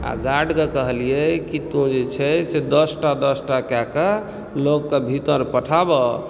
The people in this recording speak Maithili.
आ गार्डके कहलिए कि तों जे छै दश टा दश टा कयके लोक कऽ भीतर पठाबह